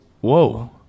Whoa